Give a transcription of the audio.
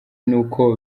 n’uko